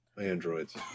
Androids